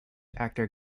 actor